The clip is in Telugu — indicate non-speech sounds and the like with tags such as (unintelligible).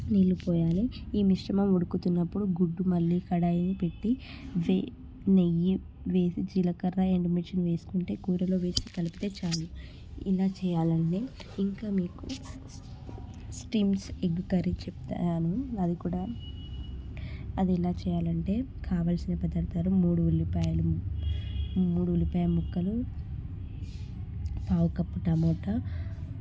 నీళ్లు పోయాలి ఈ మిశ్రమం ఉడుకుతున్నప్పుడు గుడ్డు మళ్ళీ కడాయిని పెట్టి (unintelligible) నెయ్యి వేసి జీలకర్ర ఎండుమిర్చి వేసుకుంటే కూరలో వేసి కలిపితే చాలు ఇలా చేయాలి అండి ఇంకా మీకు స్టిమ్స్ ఎగ్ కర్రీ చెప్తాను అది కూడా అది ఎలా చేయాలంటే కావాల్సిన పదార్థాలు మూడు ఉల్లిపాయలు మూడు ఉల్లిపాయ ముక్కలు పావు కప్పు టమోటా